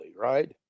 right